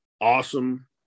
awesome